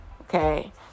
Okay